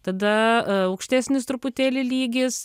tada aukštesnis truputėlį lygis